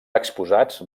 exposats